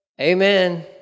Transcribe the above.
amen